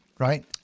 Right